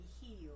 heal